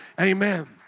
Amen